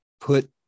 put